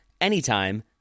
anytime